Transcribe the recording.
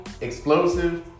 explosive